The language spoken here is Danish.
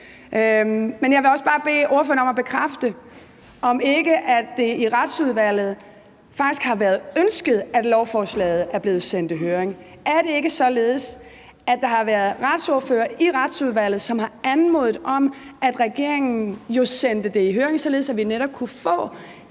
Jeg vil også bare bede ordføreren om at bekræfte, om ikke det i Retsudvalget faktisk har været ønsket, at lovforslaget er blevet sendt i høring. Er det ikke således, at der har været retsordførere i Retsudvalget, som har anmodet om, at regeringen jo sendte det i høring, således at vi netop kunne få